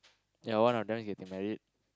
ya one of them is getting married